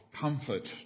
comfort